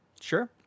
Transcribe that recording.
Sure